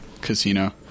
casino